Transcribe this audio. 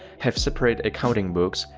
have separate accounting books,